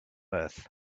earth